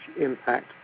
impact